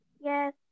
yes